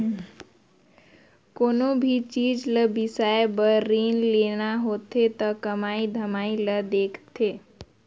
कोनो भी चीच ल बिसाए बर रीन लेना होथे त कमई धमई ल देखथें